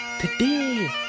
Today